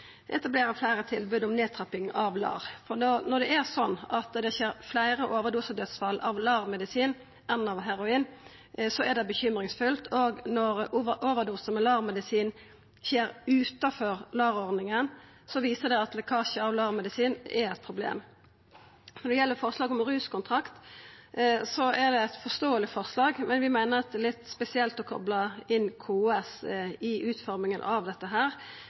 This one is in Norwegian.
fleire tilbod om nedtrapping innan LAR. Når det er sånn at det skjer fleire overdosedødsfall ved LAR-medisin enn heroin, er det bekymringsfullt, og når overdose med LAR-medisin skjer utanfor LAR-ordninga, viser det at lekkasje av LAR-medisin er eit problem. Når det gjeld forslaget om ruskontakt, er det eit forståeleg forslag, men vi meiner at det er litt spesielt å kopla inn KS i utforminga av dette.